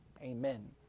amen